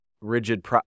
rigid